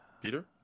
Peter